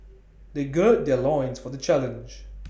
they gird their loins for the challenge